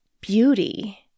beauty